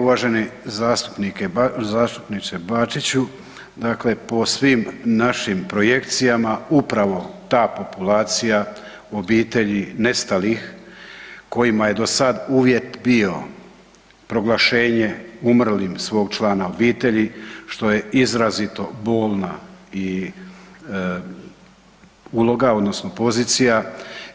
Uvaženi zastupniče Bačiću, dakle po svim našim projekcijama upravo ta populacija obitelji nestalih kojima je do sada uvjet bio proglašenje umrlim svog člana obitelji što je izrazito bolna i uloga odnosno pozicija